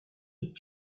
est